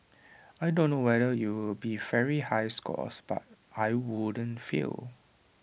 I don't know whether it'll be very high scores but I won't fail